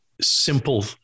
simple